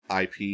IP